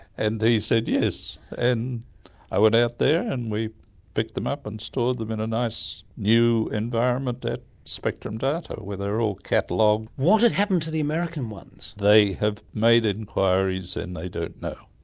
and he said yes, and i went out there and we picked them up and stored them in a nice new environment at spectrum data where they were all catalogued. what had happened to the american ones? they have made enquiries and they don't know.